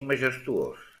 majestuós